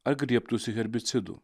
ar griebtųsi herbicidų